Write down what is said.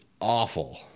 awful